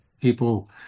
People